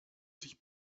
sich